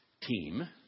Team